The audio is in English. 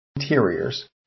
interiors